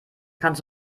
kannst